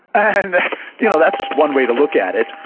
and you know that's one way to look at it,